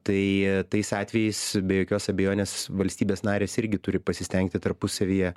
tai tais atvejais be jokios abejonės valstybės narės irgi turi pasistengti tarpusavyje